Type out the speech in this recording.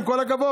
עם כל הכבוד.